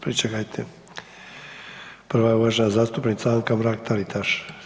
Pričekajte, prva je uvažena zastupnica Anka Mrak Taritaš.